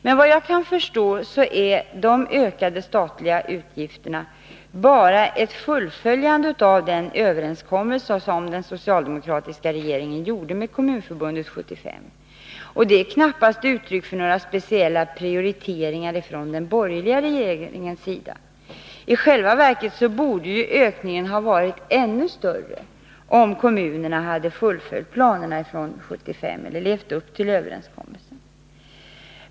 Men såvitt jag förstår innebär de ökade statliga utgifterna bara ett fullföljande av den överenskommelse som den socialdemokratiska regeringen träffade med Kommunförbundet 1975, och det är knappast uttryck för några speciella prioriteringar från den borgerliga regeringens sida. I själva verket borde ökningen ha varit ännu större om kommunerna hade fullföljt planerna från 1975 eller levt upp till överenskommelsen.